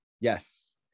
yes